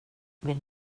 vill